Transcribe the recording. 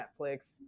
Netflix